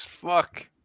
Fuck